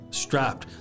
strapped